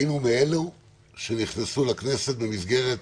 היינו מאלה שנכנסו לכנסת במסגרת